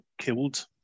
killed